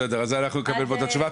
בסדר, אז אנחנו נקבל פה את התשובה.